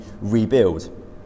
rebuild